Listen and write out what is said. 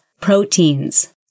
proteins